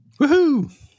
Woohoo